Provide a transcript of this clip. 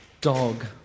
dog